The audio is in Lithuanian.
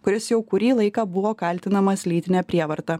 kuris jau kurį laiką buvo kaltinamas lytine prievarta